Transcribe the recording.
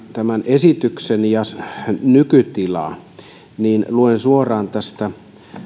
tämän esityksen nykytilaa niin luen suoraan tästä